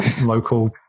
local